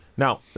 Now